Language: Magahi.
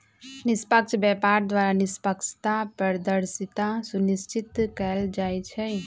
निष्पक्ष व्यापार द्वारा निष्पक्षता, पारदर्शिता सुनिश्चित कएल जाइ छइ